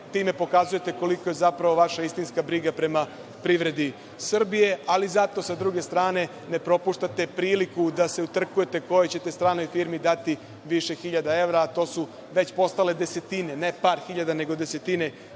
time pokazujete kolika je vaša istinska briga prema privredi Srbije, ali zato sa druge strane ne propuštate priliku da se utrkujete kojoj ćete stranoj firmi dati više hiljada evra, to su već postale desetine, ne par hiljada nego desetine